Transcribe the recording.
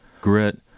grit